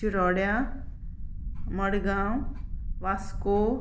चिरोड्या Margao Vasco